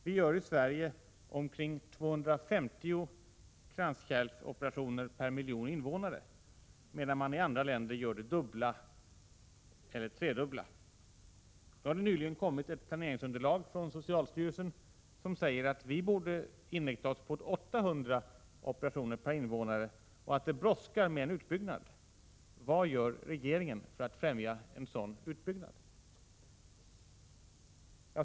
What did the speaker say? Vi gör i Sverige omkring 250 kranskärlsoperationer per en miljon invånare, medan man i andra länder gör det dubbla eller tredubbla. Det har nyligen kommit ett planeringsunderlag från socialstyrelsen, där det sägs att vi borde inrikta oss på 800 operationer per en miljon invånare och att det brådskar med en utbyggnad. Vad gör regeringen för att främja en sådan utbyggnad?